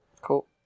Cool